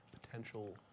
potential